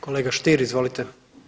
Kolega Stier, izvolite.